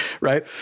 Right